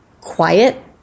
quiet